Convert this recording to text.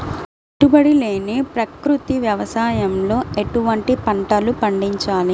పెట్టుబడి లేని ప్రకృతి వ్యవసాయంలో ఎటువంటి పంటలు పండించాలి?